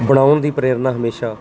ਬਣਾਉਣ ਦੀ ਪ੍ਰੇਰਨਾ ਹਮੇਸ਼ਾ